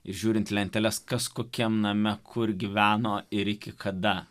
žiūrint lenteles kas kokiam name kur gyveno ir iki kada